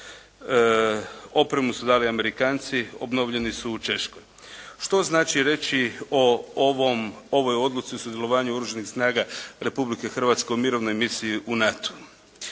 Opremu su dali Amerikanci. Obnovljeni su u Češkoj. Što znači reći o ovom, ovoj odluci o sudjelovanju Oružanih snaga Republike Hrvatske u mirovnoj misiji u NATO-u.